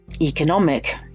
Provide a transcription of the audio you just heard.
economic